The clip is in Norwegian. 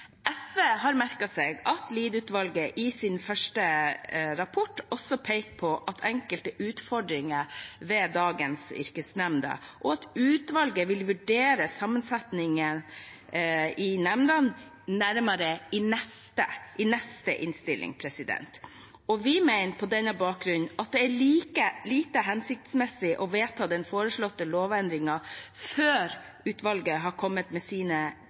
SV har merket seg at Lied-utvalget i sin første rapport også peker på enkelte utfordringer ved dagens yrkesopplæringsnemnder, og at utvalget vil vurdere sammensetningen av nemndene nærmere i neste innstilling. Vi mener på denne bakgrunn at det er lite hensiktsmessig å vedta den foreslåtte lovendringen før utvalget har kommet med sine